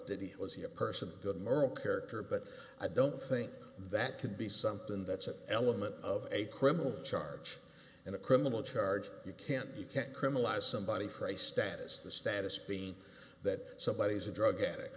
did he was he a person of good moral character but i don't think that can be something that's an element of a criminal charge in a criminal charge you can't you can't criminalize somebody for a status the status being that somebody is a drug addict